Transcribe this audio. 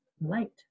light